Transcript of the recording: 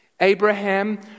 Abraham